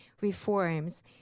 reforms